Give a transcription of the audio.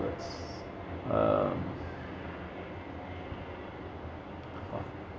uh